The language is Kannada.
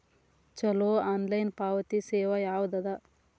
ಛಲೋ ಆನ್ಲೈನ್ ಪಾವತಿ ಸೇವಾ ಯಾವ್ದದ?